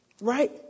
Right